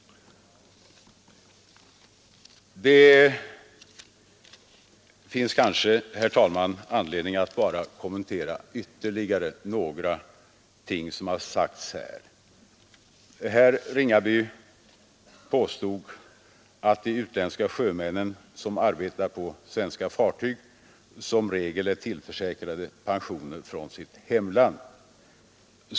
Det finns kanske, herr talman, anledning att kommentera ytterligare några ting som har sagts här. Herr Ringaby påstod att de utländska sjömän som arbetar på svenska fartyg som regel är tillförsäkrade pensioner från sitt hemland.